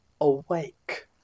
awake